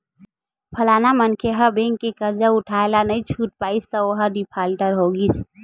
फलाना मनखे ह बेंक के करजा उठाय ल नइ छूट पाइस त ओहा डिफाल्टर हो गिस